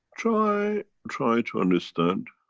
try. try to understand.